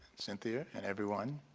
cynthia and everyone.